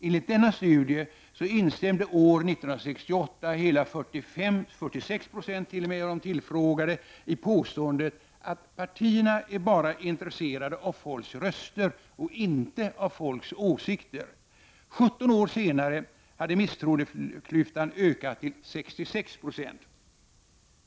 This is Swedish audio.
Enligt denna studie instämde år 1968 hela 46 96 av de tillfrågade i påståendet att partierna bara är intresserade av folks röster och inte av folks åsikter. 17 år senare hade misstroendeklyftan ökat till 66 96.